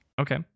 Okay